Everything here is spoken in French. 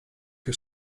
que